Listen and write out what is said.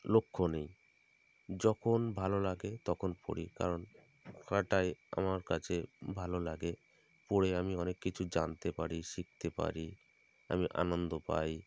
লক্ষ্য নেই যখন ভালো লাগে তখন পড়ি কারণ আমার কাছে ভালো লাগে পড়ে আমি অনেক কিছু জানতে পারি শিখতে পারি আমি আনন্দ পাই